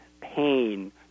pain